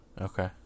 Okay